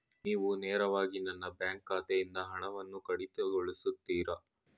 ನೀವು ನೇರವಾಗಿ ನನ್ನ ಬ್ಯಾಂಕ್ ಖಾತೆಯಿಂದ ಹಣವನ್ನು ಕಡಿತಗೊಳಿಸುತ್ತೀರಾ?